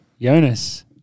jonas